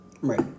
Right